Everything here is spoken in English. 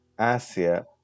Asia